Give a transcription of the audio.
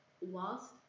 whilst